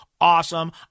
awesome